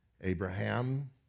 Abraham